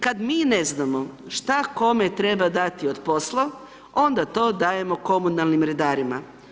Kad mi ne znamo šta kome treba dati od posla, onda to dajemo komunalnim redarima.